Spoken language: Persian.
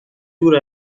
دور